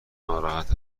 ناراحت